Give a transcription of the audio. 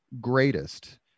greatest